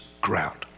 ground